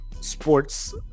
sports